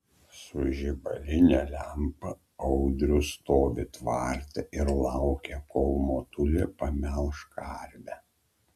su žibaline lempa audrius stovi tvarte ir laukia kol motulė pamelš karvę